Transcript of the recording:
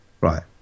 Right